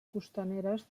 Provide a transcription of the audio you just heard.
costaneres